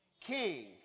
king